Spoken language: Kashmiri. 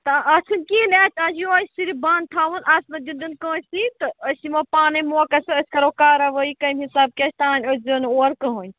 تا اَتھ چھُنہٕ کِہیٖنٛۍ یوٚہَے صِرف بَنٛد تھاوُن اَتھ منٛز چھُنہٕ دیُن کٲنٛسی تہٕ أسۍ یِمو پانے موقس پٮ۪ٹھ أسۍ کَرو کَاروٲیی کَمہِ حِساب کیٛاہ تانۍ أژۍزیٚو نہٕ اور کِہینٛۍ